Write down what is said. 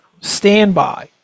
standby